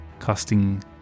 Casting